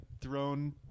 thrown